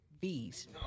Bees